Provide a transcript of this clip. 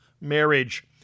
marriage